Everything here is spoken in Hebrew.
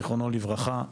זכרונו לברכה,